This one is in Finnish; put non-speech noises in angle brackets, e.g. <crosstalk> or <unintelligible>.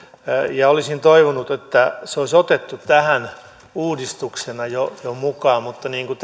ja olisin toivonut että se olisi otettu tähän uudistuksena jo jo mukaan mutta niin kuin <unintelligible>